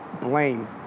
blame